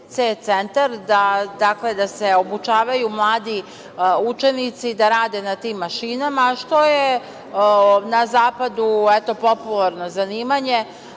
„c centar“ da se obučavaju mladi učenici da rade na tim mašinama, što je na zapadu popularno zanimanje.